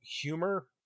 humor